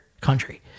country